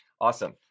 Awesome